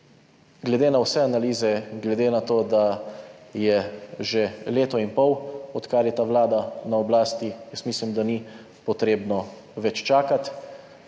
Glede na vse analize, glede na to, da je že leto in pol, odkar je ta vlada na oblasti, mislim, da ni potrebno več čakati.